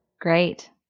Great